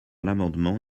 l’amendement